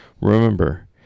Remember